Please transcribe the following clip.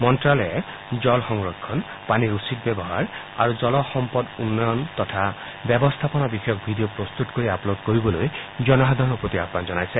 মন্ত্যালয়ে জল সংৰক্ষণ পানীৰ উচিত ব্যৱহাৰ আৰু জলসম্পদ উন্নয়ন আৰু ব্যৱস্থাপনা বিষয়ক ভিডিঅ প্ৰস্তত কৰি আপলোড কৰিবলৈ জনসাধাৰণৰ প্ৰতি আহান জনাইছে